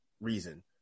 reason